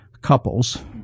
couples